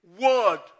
word